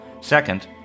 Second